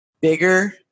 bigger